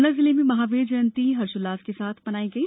मंडला जिले में महावीर जयंती हर्षोल्लास के साथ मनाई जा रही है